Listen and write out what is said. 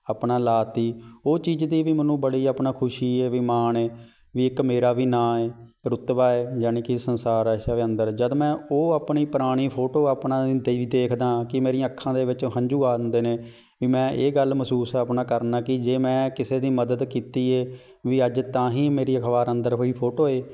ਆਪਣਾ ਲਾ ਦਿੱਤੀ ਉਹ ਚੀਜ਼ ਦੀ ਵੀ ਮੈਨੂੰ ਬੜੀ ਆਪਣਾ ਖੁਸ਼ੀ ਹੈ ਵੀ ਮਾਣ ਹੈ ਵੀ ਇੱਕ ਮੇਰਾ ਵੀ ਨਾਂ ਹੈ ਰੁਤਬਾ ਹੈ ਜਾਣੀ ਕਿ ਸੰਸਾਰ ਅਛਾ ਵੀ ਅੰਦਰ ਜਦ ਮੈਂ ਉਹ ਆਪਣੀ ਪੁਰਾਣੀ ਫੋਟੋ ਆਪਣਾ ਦੇ ਵੀ ਦੇਖਦਾ ਕਿ ਮੇਰੀਆਂ ਅੱਖਾਂ ਦੇ ਵਿੱਚ ਹੰਜੂ ਆਉਂਦੇ ਨੇ ਵੀ ਮੈਂ ਇਹ ਗੱਲ ਮਹਿਸੂਸ ਆਪਣਾ ਕਰਨਾ ਕਿ ਜੇ ਮੈਂ ਕਿਸੇ ਦੀ ਮਦਦ ਕੀਤੀ ਹੈ ਵੀ ਅੱਜ ਤਾਂ ਹੀ ਮੇਰੀ ਅਖਬਾਰ ਅੰਦਰ ਕੋਈ ਫੋਟੋ ਹੈ